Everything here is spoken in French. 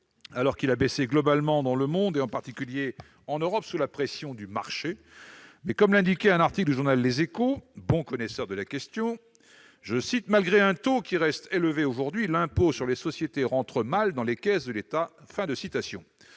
alors qu'il a baissé dans le monde, en particulier en Europe, sous la pression du marché. Comme l'indiquait un article du journal, bon connaisseur de la question, « malgré un taux qui reste élevé aujourd'hui, l'impôt sur les sociétés rentre mal dans les caisses de l'État ».